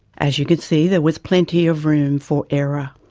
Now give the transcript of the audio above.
as you can see there was plenty of room for error.